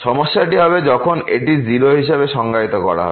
সমস্যাটি হবে যখন এটি 0 হিসাবে সংজ্ঞায়িত করা হবে